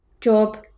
Job